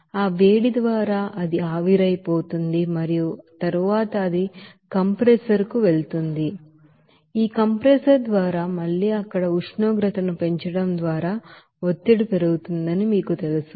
ఆ వేడి ద్వారా అది ఆవిరైపోతుంది మరియు తరువాత అది కంప్రెసర్ కు వెళుతుంది మరియు ఈ కంప్రెసర్ ద్వారా మళ్లీ అక్కడ ఉష్ణోగ్రతను పెంచడం ద్వారా ఒత్తిడి పెరుగుతుందని మీకు తెలుస్తుంది